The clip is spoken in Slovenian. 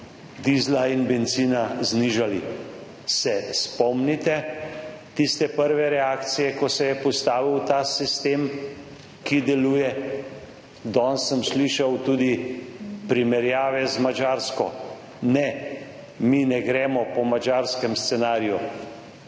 dizla in bencina znižali. Se spomnite tiste prve reakcije, ko se je postavil v ta sistem, ki deluje? Danes sem slišal tudi primerjave z Madžarsko. Ne, mi ne gremo po madžarskem scenariju,